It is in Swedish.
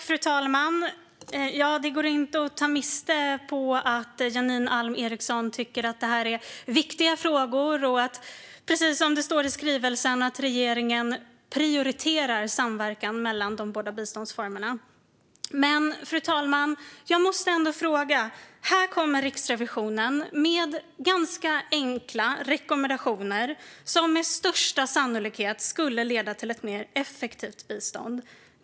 Fru talman! Det går inte att ta miste på att Janine Alm Ericson tycker att detta är viktiga frågor och att regeringen, som det står i skrivelsen, prioriterar samverkan mellan de båda biståndsformerna. Men jag måste ändå få ställa en fråga, fru talman. Riksrevisionen kommer här med ganska enkla rekommendationer, som med största sannolikhet skulle leda till ett mer effektivt bistånd.